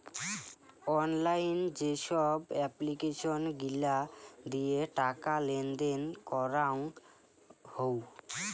online যেসব application গিলা দিয়ে টাকা লেনদেন করাঙ হউ